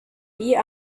wie